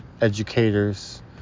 educators